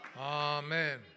Amen